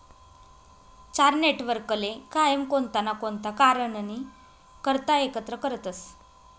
चार नेटवर्कले कायम कोणता ना कोणता कारणनी करता एकत्र करतसं